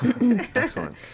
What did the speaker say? Excellent